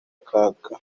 kaga